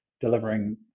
delivering